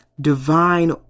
Divine